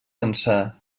ençà